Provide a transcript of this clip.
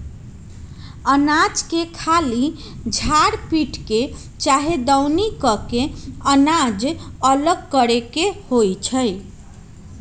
अनाज के खाली अनाज के झार पीट के चाहे दउनी क के अनाज अलग करे के होइ छइ